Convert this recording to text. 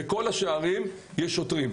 בכל השערים יש שוטרים,